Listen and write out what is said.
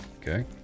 Okay